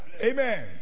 Amen